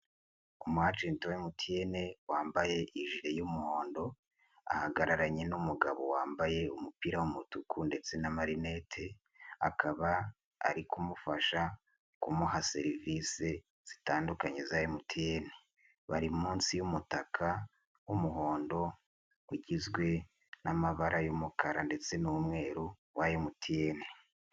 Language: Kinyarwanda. Umu ajenti wa MTN wambaye ijire y'umuhondo ahagararanye n'umugabo wambaye umupira w'umutuku ndetse n'amarinete akaba ari kumufasha kumuha serivisi zitandukanye za MTN, bari munsi y'umutaka w'umuhondo ugizwe n'amabara y'umukara ndetse n'umweru wa MTN.